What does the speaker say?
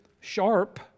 sharp